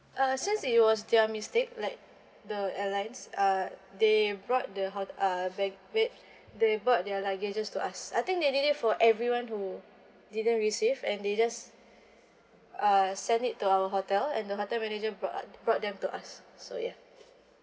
uh since it was their mistake like the airlines uh they brought the ho~ uh they they they brought their luggages to us I think they did it for everyone who didn't receive and they just err send it to our hotel and the hotel manager brought brought them to us so ya